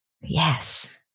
yes